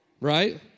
right